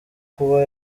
kuba